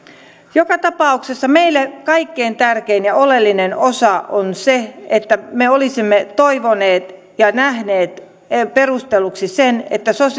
joka tapauksessa meille kaikkein tärkein ja oleellinen osa on se että me olisimme toivoneet ja nähneet perustelluksi sen että